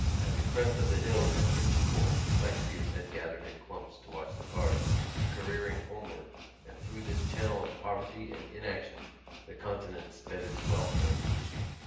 at the crest of the hill at inchicore sightseers had gathered in clumps to watch the cars careering homeward and through this channel of poverty and inaction the continent sped its wealth and industry.